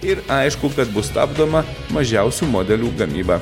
ir aišku kad bus stabdoma mažiausių modelių gamyba